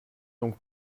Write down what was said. donc